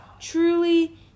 truly